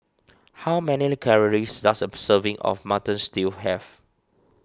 how many calories does of serving of Mutton Stew have